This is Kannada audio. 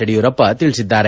ಯಡಿಯೂರಪ್ಪ ತಿಳಿಸಿದ್ದಾರೆ